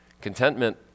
contentment